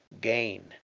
gain